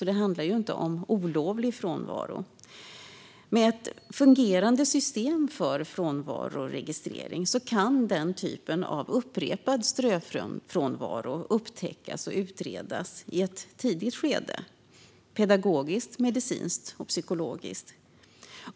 Det handlar alltså inte om olovlig frånvaro. Med ett fungerande system för frånvaroregistrering kan den typen av upprepad ströfrånvaro upptäckas och utredas i ett tidigt skede - pedagogiskt, medicinskt och psykologiskt.